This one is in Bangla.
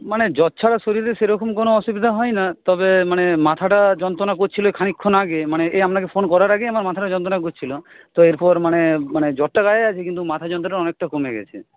মানে জ্বর ছাড়া শরীরে সেরকম কোনও অসুবিধা হয় না তবে মানে মাথাটা যন্ত্রণা করছিল খানিকক্ষণ আগে মানে এই আপনাকে ফোন করার আগেই আমার মাথাটা যন্ত্রণা করছিল তো এরপর মানে জ্বরটা গায়ে আছে কিন্তু মাথা যন্ত্রণাটা অনেক কমে গেছে